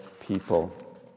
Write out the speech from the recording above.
people